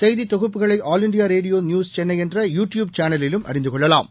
செய்தி தொகுப்புகளை all India radio news Chennai என்ற யு டியூப் சேனலிலும் அறிந்து கொள்ளலாம்